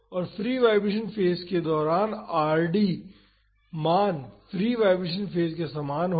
और free vibration phase के दौरान Rd मान फ्री वाईब्रेशन फेज के समान होगा